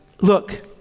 look